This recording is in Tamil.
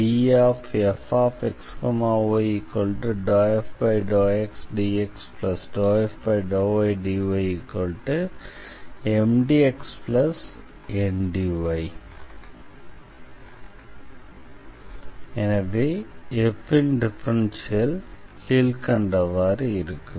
dfxy∂f∂xdx∂f∂ydy MdxNdy எனவே f ன் டிஃபரன்ஷியல் கீழ்க்கண்டவாறு இருக்கும்